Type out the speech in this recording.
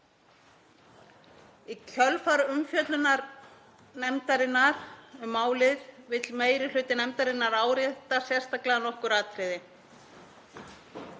Í kjölfar umfjöllunar nefndarinnar um málið vill meiri hluti nefndarinnar árétta sérstaklega nokkur atriði.